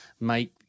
make